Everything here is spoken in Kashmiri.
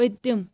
پٔتِم